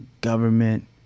government